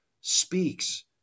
speaks